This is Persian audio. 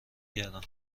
گردم